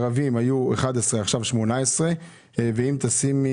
מן החברה הערבית היו 11 ועכשיו יש 18. למען